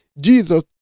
Jesus